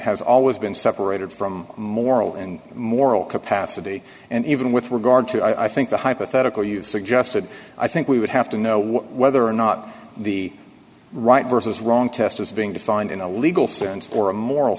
has always been separated from moral and moral capacity and even with regard to i think the hypothetical you've suggested i think we would have to know whether or not the right versus wrong test is being defined in a legal sense or a moral